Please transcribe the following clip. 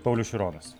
paulius šironas